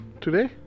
today